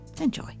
Enjoy